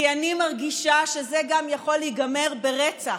כי אני מרגישה שזה יכול להיגמר גם ברצח.